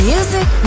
Music